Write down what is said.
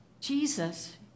Jesus